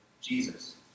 Jesus